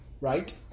Right